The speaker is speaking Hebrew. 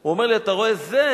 הוא אומר לי: אתה רואה שם?